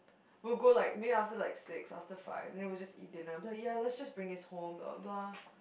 we'll go like maybe after like six after five and then we'll just eat dinner but ya let's just bring this home blah blah blah